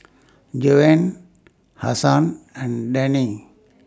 Joanne Hasan and Dani